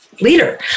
leader